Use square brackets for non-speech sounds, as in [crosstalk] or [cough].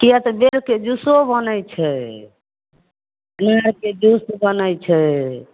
किएक तऽ बेलके जूसो बनै छै [unintelligible] के जूस बनै छै